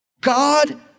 God